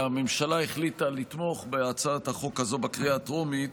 הממשלה החליטה לתמוך בהצעת החוק הזו בקריאה הטרומית,